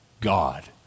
God